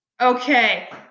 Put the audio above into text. Okay